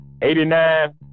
89